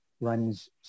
runs